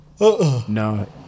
No